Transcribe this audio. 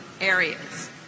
areas